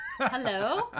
Hello